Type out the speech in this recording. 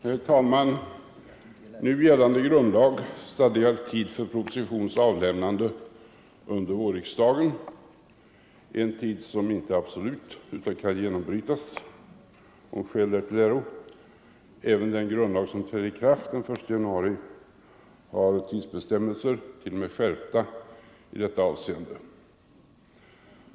Herr talman! Nu gällande grundlag stadgar tid för propositions avlämnade under vårriksdagen; en tid som inte är absolut utan kan genombrytas om skäl därtill äro. Även den grundlag som träder i kraft den 1 januari 1975 har tidsbestämmelser —t.o.m. skärpta — i detta avseende.